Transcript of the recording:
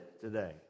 today